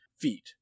feet